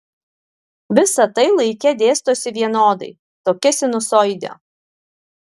visa tai laike dėstosi vienodai tokia sinusoide